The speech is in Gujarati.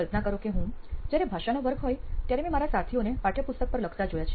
કલ્પના કરો કે હું જયારે ભષાનો વર્ગ હોય ત્યારે મેં મારા સાથીઓને પાઠયપુસ્તક પર લખતા જોયા છે